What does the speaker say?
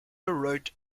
wrote